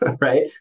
right